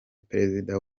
perezida